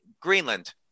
Greenland